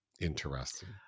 interesting